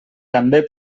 també